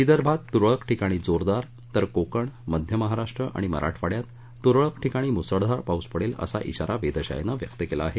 विदर्भात तुरळक ठिकाणी जोरदार तर कोकण मध्यमहाराष्ट्रआणि मराठवाडयात तूरळक ठिकाणी मुसळधार पाऊस पडेल असा धाारा वेधशाळेनं दिला आहे